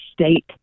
state